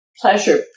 pleasure